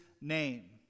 name